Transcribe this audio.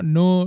no